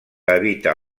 evita